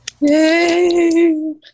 Yay